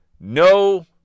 no